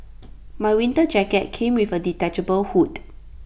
my winter jacket came with A detachable hood